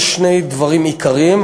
זה שני דברים עיקריים,